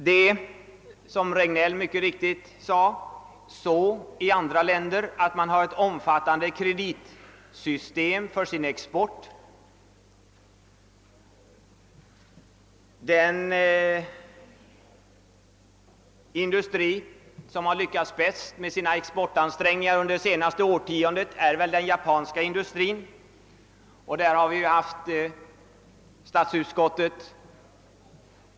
Som herr Regnéll mycket riktigt sade, tillämpar andra länder ett system med omfattande krediter för sin export. Den industri som har lyckats bäst med sina exportansträngningar under det senas te årtiondet är väl den japanska industrin, som statsutskottet helt nyligen har studerat.